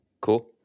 Cool